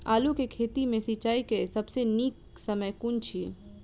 आलु केँ खेत मे सिंचाई केँ सबसँ नीक समय कुन अछि?